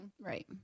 Right